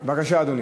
בבקשה, אדוני.